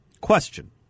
Question